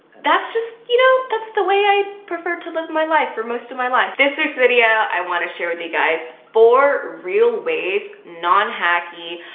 that's just, you know. that's the way i prefer to live my life for most of my life this week's video i want to share with you guys four real ways. non-hacky,